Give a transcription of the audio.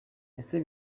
ese